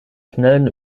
schnellen